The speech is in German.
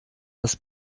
das